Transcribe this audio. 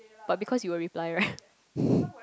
but because you will reply right